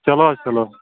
چلو حظ چلو